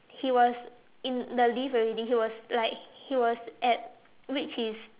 he was in the lift already he was like he was at reach his